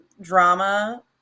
drama